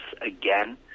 again